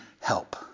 help